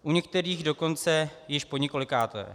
U některých dokonce již poněkolikáté.